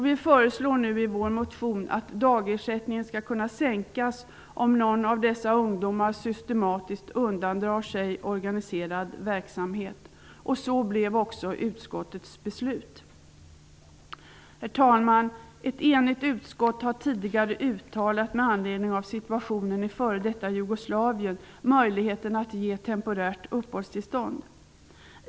Vi föreslår nu i vår motion att dagersättningen skall kunna sänkas, om någon av dessa ungdomar systematiskt undandrar sig organiserad verksamhet. Så blev också utskottets beslut. Herr talman! Ett enigt utskott har tidigare, med anledning av situationen i f.d. Jugoslavien, uttalat sig för möjligheten att ge temporärt uppehållstillstånd.